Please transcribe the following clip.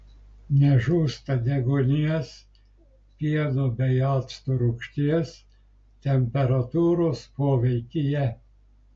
nežūsta deguonies pieno bei acto rūgšties temperatūros poveikyje